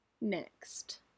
Next